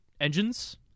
engines